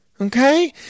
Okay